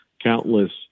countless